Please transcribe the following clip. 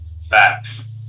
Facts